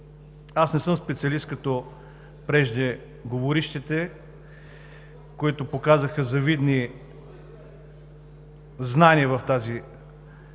Аз не съм специалист като преждеговорившите, които показаха завидни знания в тази